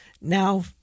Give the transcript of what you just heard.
Now